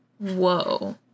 Whoa